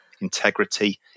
integrity